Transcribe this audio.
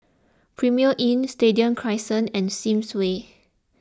Premier Inn Stadium Crescent and Sims Way